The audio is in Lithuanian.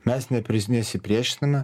mes nepris nesipriešiname